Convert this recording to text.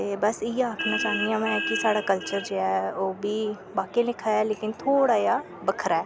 ते बस इयै आखना चाह्न्नी आं मैं कि साढ़ा कल्चर जेह्ड़ा ऐ ओह्बी बाकियें लेखा ऐ पर थोह्ड़ा बक्खरा ऐ